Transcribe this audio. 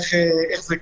איך זה קורה,